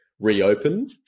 reopen